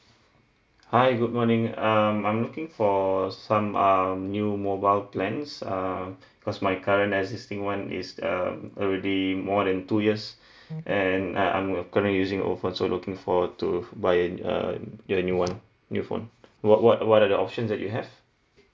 hi good morning um I'm looking for some um new mobile plans err because my current existing one is um already more than two years and I I'm current using a old phone so looking forward to buy a get a new [one] new phone what what what are the options that you have